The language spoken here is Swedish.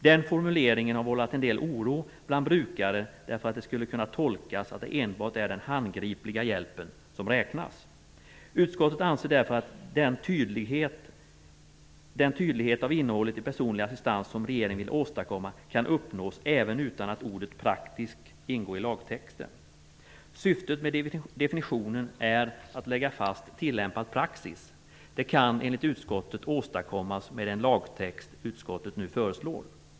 Den formuleringen har vållat en del oro bland brukare, eftersom den skulle kunna tolkas som att det enbart är den handgripliga hjälpen som räknas. Utskottet anser därför att den tydlighet vad gäller innehållet i begreppet "personlig assistans" som regeringen vill åstadkomma kan uppnås även utan att ordet "praktisk" ingår i lagtexten. Syftet med definitionen är att lägga fast tillämpad praxis. Det kan enligt utskottet åstadkommas med den lagtext utskottet nu föreslår.